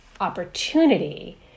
opportunity